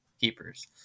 keepers